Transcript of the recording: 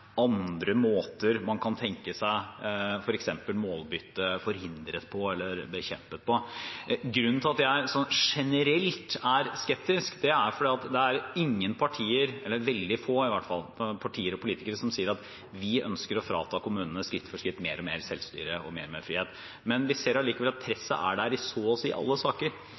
andre måter man kan tenke seg at målbytte forhindres eller bekjempes på. Grunnen til at jeg generelt er skeptisk, er at det er ingen partier – i hvert fall veldig få partier og politikere – som sier at de ønsker skritt for skritt å frata kommunene mer og mer selvstyre og mer og mer frihet. Men vi ser at presset er der i så å si alle saker,